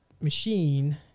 machine